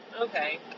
Okay